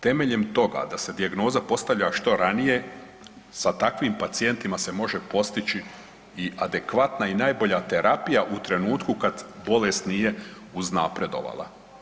Temeljem toga da se dijagnoza postavlja što ranije sa takvim pacijentima se može postići i adekvatna i najbolja terapija u trenutku kad bolest nije uznapredovala.